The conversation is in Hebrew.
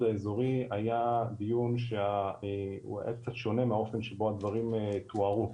האזורי היה קצת שונה מהאופן שבו הדברים תוארו,